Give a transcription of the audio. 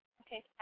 Okay